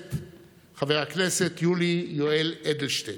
הכנסת חבר הכנסת יולי יואל אדלשטיין,